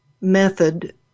method